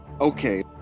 okay